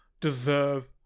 deserve